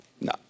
No